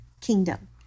kingdom